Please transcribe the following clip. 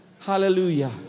hallelujah